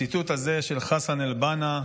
הציטוט הזה הוא של חסן אל-בנא,